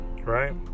Right